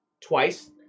twice